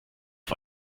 auf